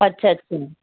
अछा अछा